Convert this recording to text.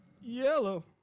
Yellow